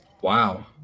Wow